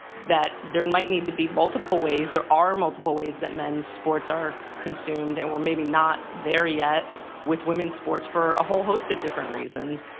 that there and might need to be multiple ways. there are multiple ways that men's sports are consumed. and we're maybe not there yet with women's sports for a whole host of different reasons.